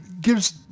gives